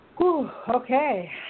Okay